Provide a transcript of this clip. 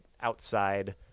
outside